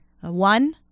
One